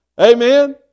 amen